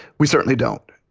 we certainly don't.